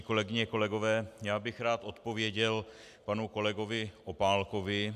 Kolegyně, kolegové, já bych rád odpověděl panu kolegovi Opálkovi.